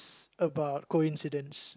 about coincidence